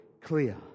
clear